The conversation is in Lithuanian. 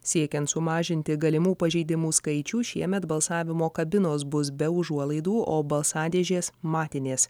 siekiant sumažinti galimų pažeidimų skaičių šiemet balsavimo kabinos bus be užuolaidų o balsadėžės matinės